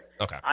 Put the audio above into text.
Okay